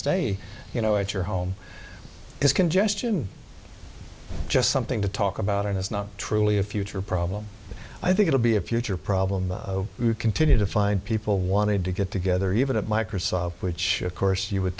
stay you know if your home is congestion just something to talk about and it's not truly a future problem i think it'll be a future problem but you continue to find people wanted to get together even at microsoft which of course you would